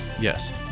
Yes